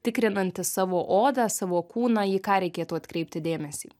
tikrinantis savo odą savo kūną į ką reikėtų atkreipti dėmesį